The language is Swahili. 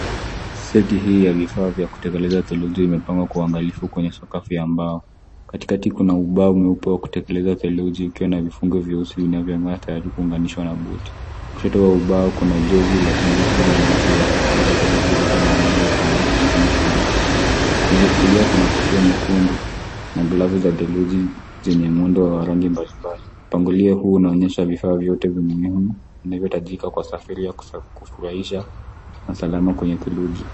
Seti hii ya vifaa vya kuteleza theluji imepangwa kwa uangalifu kwenye sakafu ya mbao. Katikati kuna ubao mweupe wa kuteleza theluji, ukiwa na vifungo vyeusi vinavyong'aa tayari kuunganishwa na buti. Kushoto kwa ubao huo, kuna jozi ya buti nyeusi za kuteleza theluji zilizo na miale ya bluu ya kijani kibichi. Kulia kuna kofia nyekundu ya usalama na glavu za theluji zenye muundo wa rangi mbalimbali. Mpangilio huu unaonyesha vifaa vyote muhimu vinavyohitajika kwa safari ya kufurahisha na salama kwenye theluji.